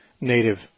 native